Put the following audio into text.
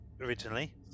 originally